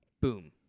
Boom